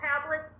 tablets